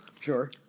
Sure